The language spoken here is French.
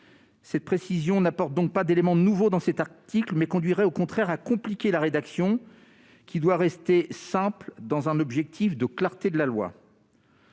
La précision n'apporterait donc pas d'élément nouveau dans cet article ; elle conduirait au contraire à compliquer la rédaction, qui doit rester simple dans un objectif de clarté de la loi.